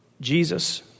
Jesus